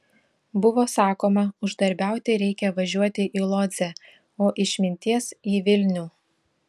buvo sakoma uždarbiauti reikia važiuoti į lodzę o išminties į vilnių